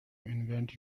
invent